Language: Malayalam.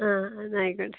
ആ എന്നാൽ ആയിക്കോട്ടെ